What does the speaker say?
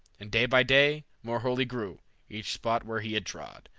and day by day more holy grew each spot where he had trod,